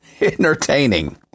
entertaining